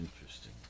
Interesting